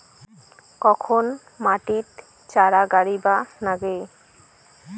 কখন মাটিত চারা গাড়িবা নাগে?